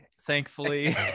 Thankfully